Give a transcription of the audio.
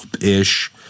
ish